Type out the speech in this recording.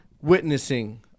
witnessing